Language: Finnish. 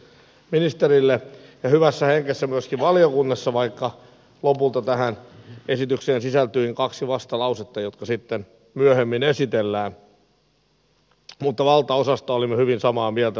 toimittiin hyvässä hengessä myöskin valiokunnassa vaikka lopulta tähän esitykseen sisältyikin kaksi vastalausetta jotka sitten myöhemmin esitellään mutta valtaosasta näistä keskeisistä linjauksista olimme hyvin samaa mieltä